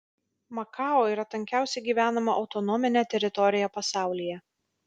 makao yra tankiausiai gyvenama autonominė teritorija pasaulyje